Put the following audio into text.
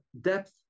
depth